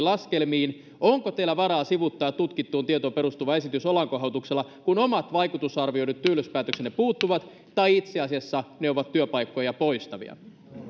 laskelmiin onko teillä varaa sivuuttaa tutkittuun tietoon perustuva esitys olankohautuksella kun omat vaikutusarvioidut työllisyyspäätöksenne puuttuvat tai itse asiassa ne ovat työpaikkoja poistavia